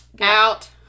Out